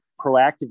proactively